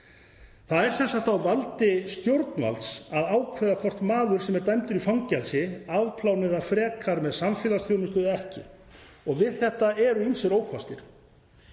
Það er sem sagt á valdi stjórnvalds að ákveða hvort maður sem er dæmdur í fangelsi afplánar það frekar með samfélagsþjónustu eða ekki. Við þetta eru ýmsir ókostir.